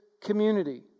community